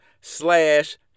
slash